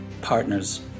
partners